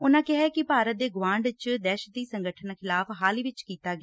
ਉਨ਼ਾਂ ਕਿਹਾ ਕਿ ਭਾਰਤ ਦੇ ਗੁਆਂਢ ਚ ਦਹਿਸ਼ਤੀ ਸੰਗਠਨਾਂ ਖਿਲਾਫ਼ ਹਾਲ ਹੀ ਵਿਚ ਕੀਤਾ ਗਿਆ